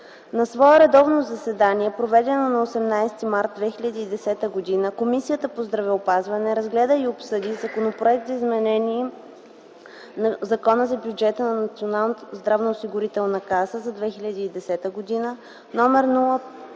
На свое редовно заседание, проведено на 18 март 2010 г., Комисията по здравеопазване разгледа и обсъди Законопроект за изменение на Закона за бюджета на Националната здравноосигурителна каса за 2010 г.